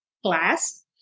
class